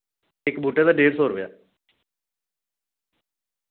इक बूह्टे दा डेढ़ सौ रपेआ